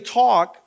talk